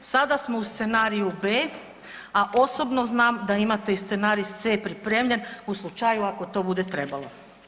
Sada smo u scenariju B, a osobno znam da imate i scenarij pripremljen u slučaju ako to bude trebalo.